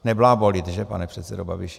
Neblábolit, že, pane předsedo Babiši.